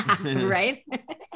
Right